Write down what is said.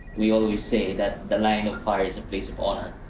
we always say that the line of fire is a place of honor.